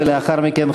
ולאחר מכן,